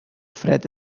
fred